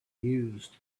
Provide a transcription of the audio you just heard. used